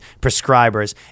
prescribers